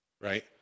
Right